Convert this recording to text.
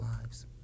lives